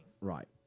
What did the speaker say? Right